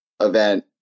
event